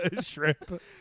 shrimp